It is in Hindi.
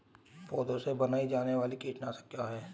पौधों से बनाई जाने वाली कीटनाशक क्या है?